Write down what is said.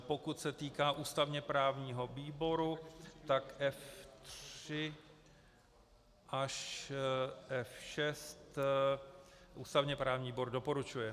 Pokud se týká ústavněprávního výboru, tak F3 až F6 ústavněprávní výbor doporučuje.